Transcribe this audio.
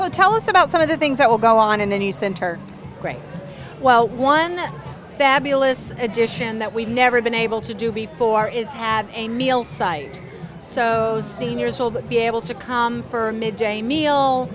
so tell us about some of the things that will go on and then you center well one fabulous addition that we've never been able to do before is have a meal site so those seniors will be able to come for mid day meal